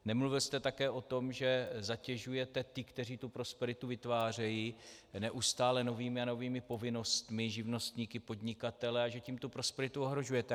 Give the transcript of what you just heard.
Nemluvil jste také o tom, že zatěžujete ty, kteří tu prosperitu vytvářejí, neustále novými a novými povinnostmi živnostníky, podnikatele a že tím tu prosperitu ohrožujete.